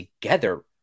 together